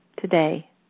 today